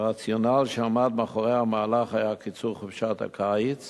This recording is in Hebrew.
הרציונל שעמד מאחורי המהלך היה קיצור חופשת הקיץ